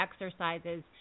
exercises